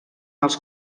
els